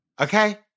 Okay